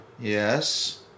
Yes